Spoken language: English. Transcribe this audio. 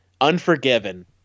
Unforgiven